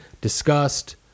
discussed